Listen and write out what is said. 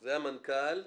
זה המנכ"ל.